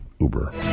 Uber